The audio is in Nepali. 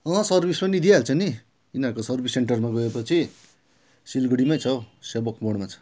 सर्विस पनि दिइहाल्छ नि यिनीहरूको सर्विस सेन्टरमा गए पछि सिलगडीमै छ हो सेभोक मोडमा छ